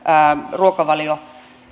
ruokavalio